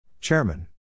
Chairman